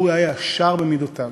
אורי היה ישר במידותיו,